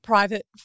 private